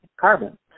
carbon